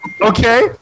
Okay